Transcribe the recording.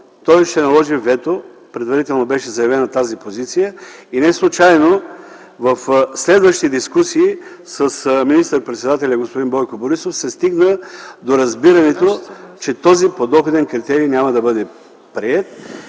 той ще наложи вето, предварително беше заявена тази позиция. И не случайно в следващи дискусии с министър-председателя господин Бойко Борисов се стигна до разбирането, че този подоходен критерий няма да бъде приет.